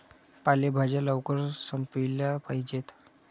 पालेभाज्या लवकर संपविल्या पाहिजेत